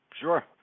Sure